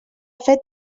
fet